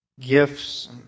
Gifts